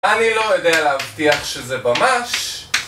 אני לא יודע להבטיח שזה ממש